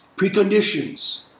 Preconditions